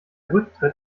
rücktritt